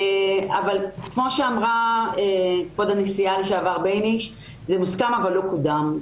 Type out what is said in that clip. כמו שאמרה כבוד הנשיאה לשעבר בייניש זה מוסכם אבל לא קודם.